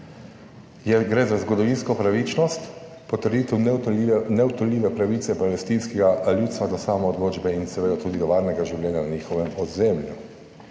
Gre za zgodovinsko pravičnost, potrditev neodtujljive pravice palestinskega ljudstva do samoodločbe in seveda tudi do varnega življenja na njihovem ozemlju.